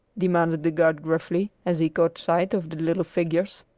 demanded the guard gruffly, as he caught sight of the little figures.